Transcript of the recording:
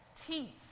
teeth